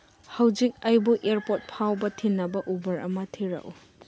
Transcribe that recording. ꯍꯧꯖꯤꯛ ꯑꯩꯕꯨ ꯏꯌꯔꯄꯣꯔꯠ ꯐꯥꯎꯕ ꯊꯤꯟꯅꯕ ꯎꯕꯔ ꯑꯃ ꯊꯤꯔꯛꯎ